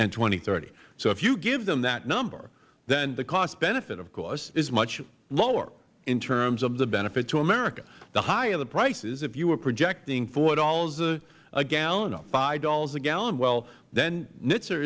and thirty so if you give them that number then the cost benefit of course is much lower in terms of the benefit to america the higher the prices if you were projecting four dollars a gallon or five dollars a gallon well then